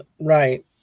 Right